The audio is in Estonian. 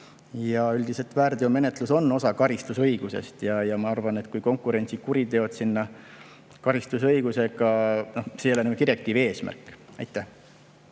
Ja üldiselt väärteomenetlus on osa karistusõigusest. Ja ma arvan, et kui konkurentsikuriteod [siduda] karistusõigusega – see ei ole nagu direktiivi eesmärk. Aitäh!